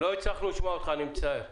לא הצלחנו לשמוע אותך, אני מצטער.